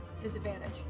Disadvantage